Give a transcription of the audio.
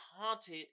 haunted